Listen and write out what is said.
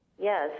Yes